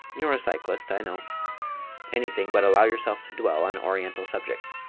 you're a cyclist, i know anything but allow yourself to dwell on oriental subjects.